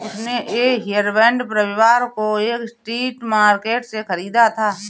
उसने ये हेयरबैंड रविवार को एक स्ट्रीट मार्केट से खरीदा था